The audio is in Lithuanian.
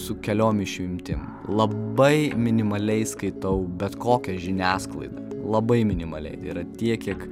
su keliom išimtim labai minimaliai skaitau bet kokią žiniasklaidą labai minimaliai tai yra tiek kiek